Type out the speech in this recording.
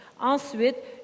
Ensuite